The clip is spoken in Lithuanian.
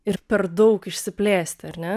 ir per daug išsiplėsti ar ne